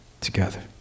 together